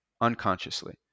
unconsciously